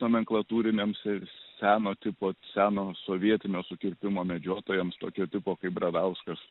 nomenklatūriniams seno tipo seno sovietinio sukirpimo medžiotojams tokio tipo kaip brazauskas